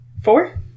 Four